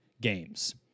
games